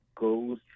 goes